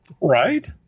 Right